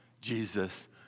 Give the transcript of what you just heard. Jesus